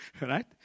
right